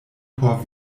por